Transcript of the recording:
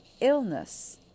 illness